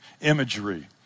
imagery